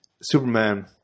Superman